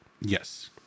Yes